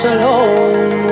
alone